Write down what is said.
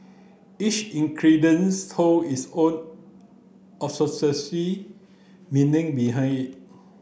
each hold its own meaning behind it